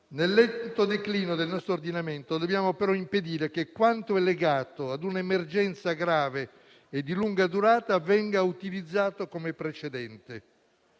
Nel lento declino del nostro ordinamento dobbiamo, però, impedire che quanto legato a un'emergenza grave e di lunga durata venga utilizzato come precedente.